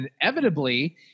inevitably